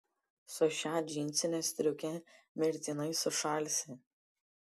su šia džinsine striuke mirtinai sušalsi